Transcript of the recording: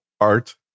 art